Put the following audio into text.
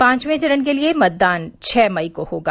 पांववें चरण के लिए मतदान छ मई को होगा